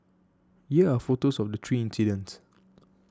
here are photos of the three incidents